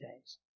days